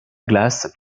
glace